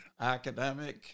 academic